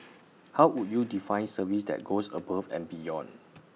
how would you define service that goes above and beyond